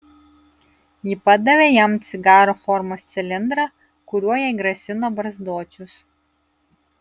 ji padavė jam cigaro formos cilindrą kuriuo jai grasino barzdočius